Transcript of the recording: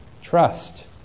trust